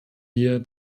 wir